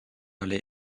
les